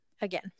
again